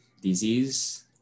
disease